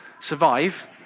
survive